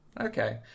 Okay